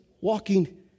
walking